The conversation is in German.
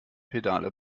pedale